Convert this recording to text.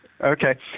Okay